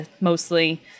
mostly